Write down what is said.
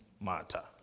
matter